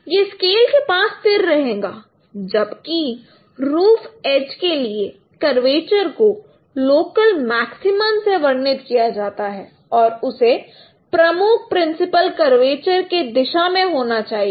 तो यह स्केल के पास स्थिर रहेगा जबकि रूफ़ एज के लिए कर्वेचर को लोकल मैक्सिमम से वर्णित किया जाता है और उसे प्रमुख प्रिंसिपल कर्वेचर के दिशा में होना चाहिए